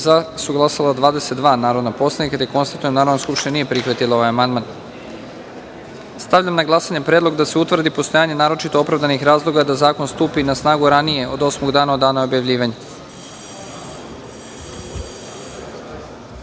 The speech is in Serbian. prisutnih 182 narodna poslanika. Konstatujem da Narodna skupština nije prihvatila ovaj amandman. Stavljam na glasanje predlog da se utvrdi postojanje naročito opravdanih razloga da zakon stupi na snagu ranije od osmog dana od dana objavljivanja. Molim